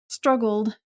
Struggled